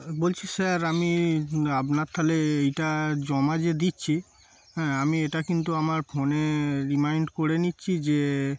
বলছি স্যার আমি আপনার তাহলে এইটা জমা যে দিচ্ছি হ্যাঁ আমি এটা কিন্তু আমার ফোনে রিমাইন্ড করে নিচ্ছি যে